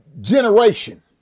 generation